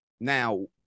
now